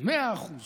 במאה אחוז